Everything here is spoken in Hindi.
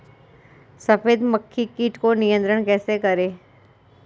सफेद मक्खी कीट को नियंत्रण कैसे करें?